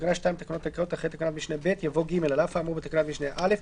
מתקינה הממשלה תקנות אלה: